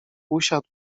usiadł